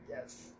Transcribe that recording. yes